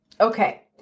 Okay